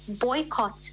boycott